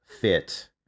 fit